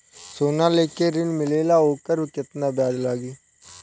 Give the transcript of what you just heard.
सोना लेके ऋण मिलेला वोकर केतना ब्याज लागी?